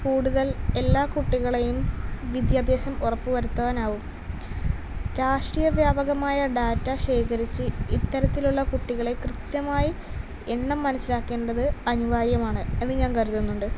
കൂടുതൽ എല്ലാ കുട്ടികളെയും വിദ്യാഭ്യാസം ഉറപ്പ് വരുത്തുവാനാകും രാഷ്ട്രീയ വ്യാപകമായ ഡാറ്റ ശേഖരിച്ച് ഇത്തരത്തിലുള്ള കുട്ടികളെ കൃത്യമായി എണ്ണം മനസ്സിലാക്കേണ്ടത് അനിവാര്യമാണ് എന്ന് ഞാൻ കരുതുന്നുണ്ട്